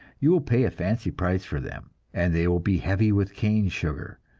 you will pay a fancy price for them, and they will be heavy with cane sugar